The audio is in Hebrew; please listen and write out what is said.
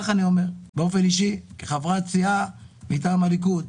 באופן אישי כחברת סיעה מן הליכוד,